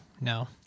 no